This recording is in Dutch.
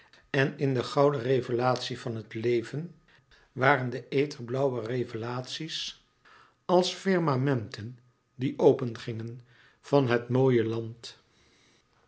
en in de gouden revelatie van het leven waren de etherblauwe revelaties als firmamenten die opengingen van het mooie land